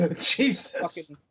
Jesus